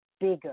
bigger